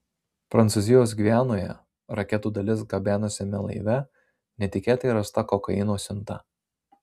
prancūzijos gvianoje raketų dalis gabenusiame laive netikėtai rasta kokaino siunta